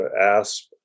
ASP